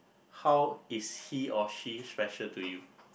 how is he or she special to you